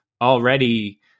already